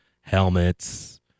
helmets